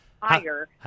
higher